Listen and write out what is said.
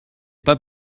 pas